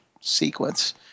sequence